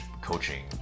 coaching